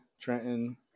Trenton